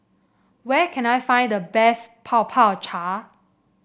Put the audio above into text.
where can I find the best cha